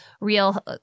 real